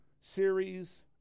series